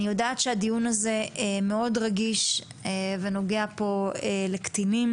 אני יודעת שהדיון הזה מאוד רגיש ונוגע לקטינים,